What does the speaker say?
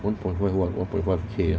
one point five what one point five K ah